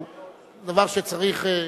הוא דבר שצריך,